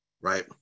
right